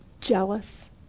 jealous